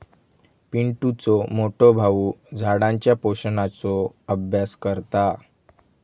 पिंटुचो मोठो भाऊ झाडांच्या पोषणाचो अभ्यास करता